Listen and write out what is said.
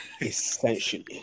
Essentially